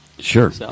Sure